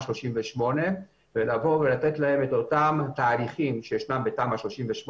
38 ולתת להם את אותם תהליכים שישנם בתמ"א 38,